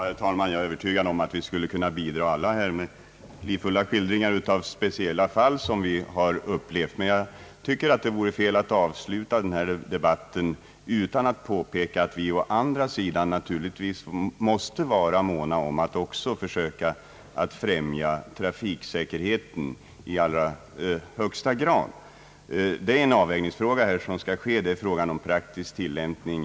Herr talman! Jag är övertygad om att vi alla här skulle kunna berätta livfulla skildringar av speciella fall som vi upplevt, men jag tycker det vore fel att avsluta debatten utan att påpeka att vi å andra sidan naturligtvis måste vara måna om att försöka främja trafiksäkerheten i allra högsta grad. Det är en avvägningsfråga vad som skall ske — en fråga om praktisk tillämpning.